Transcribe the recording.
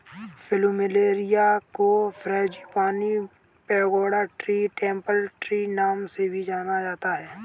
plumeria को frangipani, pagoda tree, temple tree नाम से भी जाना जाता है